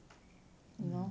you know